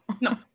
no